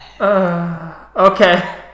Okay